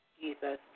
Jesus